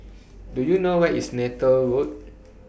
Do YOU know Where IS Neythal Road